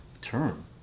term